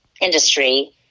industry